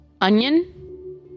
Onion